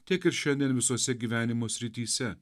tiek ir šiandien visose gyvenimo srityse